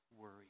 worry